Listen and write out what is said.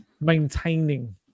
maintaining